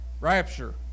Rapture